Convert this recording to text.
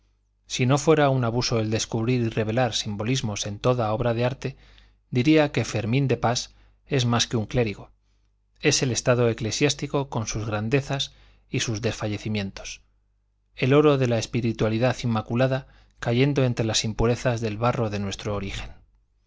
si no fuera un abuso el descubrir y revelar simbolismos en toda obra de arte diría que fermín de pas es más que un clérigo es el estado eclesiástico con sus grandezas y sus desfallecimientos el oro de la espiritualidad inmaculada cayendo entre las impurezas del barro de nuestro origen